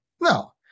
No